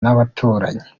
n’abaturanyi